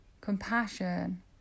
compassion